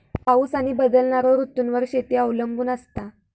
पाऊस आणि बदलणारो ऋतूंवर शेती अवलंबून असता